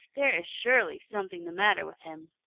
there is surely something the matter with him.